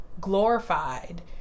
glorified